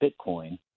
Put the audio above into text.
Bitcoin